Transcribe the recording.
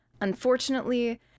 Unfortunately